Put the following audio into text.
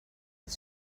his